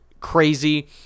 crazy